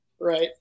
Right